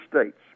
states